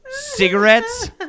cigarettes